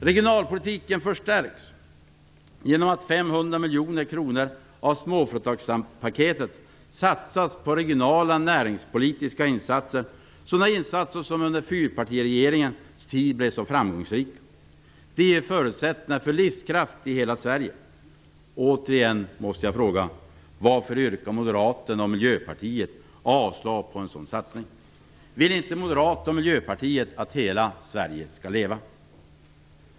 Regionalpolitiken förstärks genom att 500 miljoner kronor av småföretagspaketet satsas på regionala näringspolitiska insatser, sådana insatser som under fyrpartiregeringens tid blev så framgångsrika. Det ger förutsättningar för livskraft i hela Sverige. Återigen måste jag fråga: Varför yrkar moderaterna och Miljöpartiet avslag på en sådan satsning? Vill inte moderaterna och Miljöpartiet att hela Sverige skall leva?